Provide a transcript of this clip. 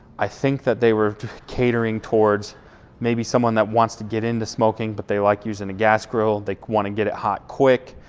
i think that they were catering towards maybe someone that wants to get into smoking, but they like using a gas grill like wanna get it hot quick,